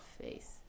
face